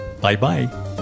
Bye-bye